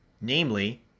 namely